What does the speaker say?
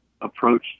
approach